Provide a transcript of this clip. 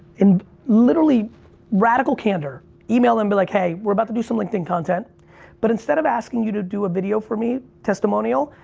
and literally radical candor. email them and be like hey, we're about to do some linkedin content but instead of asking you to do a video for me, testimonial,